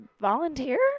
volunteer